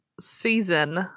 season